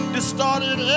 Distorted